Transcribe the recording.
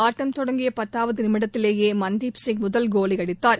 ஆட்டம் தொடங்கிய பத்தாவது நிமிடத்திலேயே மன்தீப் சிங் முதல் கோலை அடித்தார்